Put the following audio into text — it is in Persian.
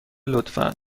لطفا